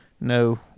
no